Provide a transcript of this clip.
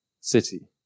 city